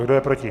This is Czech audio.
Kdo je proti?